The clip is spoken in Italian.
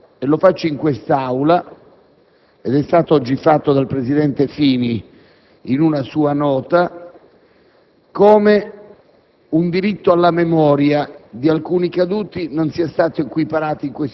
però dover, ad esempio, evidenziare - e lo faccio in questa Aula ed é stato oggi fatto dal presidente Fini in una sua nota